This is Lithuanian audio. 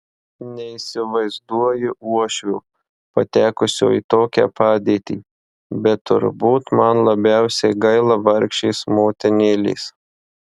neįsivaizduoju uošvio patekusio į tokią padėtį bet turbūt man labiausiai gaila vargšės motinėlės